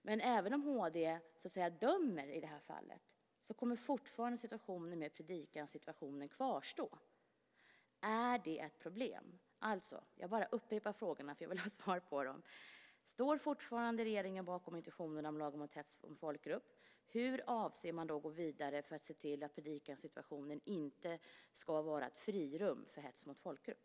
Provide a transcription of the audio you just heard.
Men även om HD dömer fällande i det här fallet, kommer fortfarande situationen med predikosituationen att kvarstå. Är det ett problem? Jag bara upprepar frågorna för jag vill ha svar på dem: Står regeringen fortfarande bakom intentionerna i lagen om hets mot folkgrupp? Hur avser man att gå vidare för att se till att predikosituationen inte ska vara ett frirum för hets mot folkgrupp?